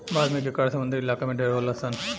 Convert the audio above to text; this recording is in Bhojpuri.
भारत में केकड़ा समुंद्री इलाका में ढेर होलसन